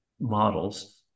models